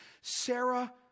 Sarah